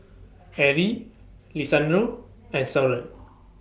Arie Lisandro and Soren